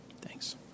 Thanks